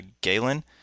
galen